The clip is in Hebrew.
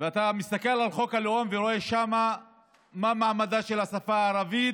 ואתה מסתכל על חוק הלאום ורואה שם מה מעמדה של השפה הערבית